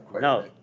No